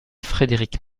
frédérique